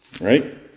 Right